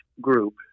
group